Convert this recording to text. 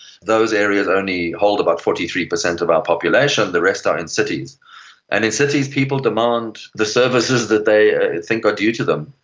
those areas only hold about forty three percent of our population, the rest are in cities. and in cities people demand the services that they think are due to them.